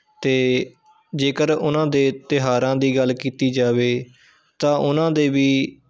ਅਤੇ ਜੇਕਰ ਉਹਨਾਂ ਦੇ ਤਿਉਹਾਰਾਂ ਦੀ ਗੱਲ ਕੀਤੀ ਜਾਵੇ ਤਾਂ ਉਹਨਾਂ ਦੇ ਵੀ